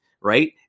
right